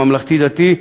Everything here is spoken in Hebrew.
לממלכתי-דתי,